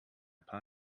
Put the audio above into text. paar